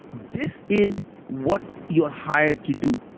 this is what you're hired to do.